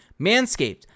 Manscaped